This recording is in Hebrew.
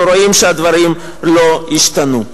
אנחנו רואים שהדברים לא השתנו.